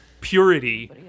purity